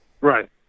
Right